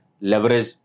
leverage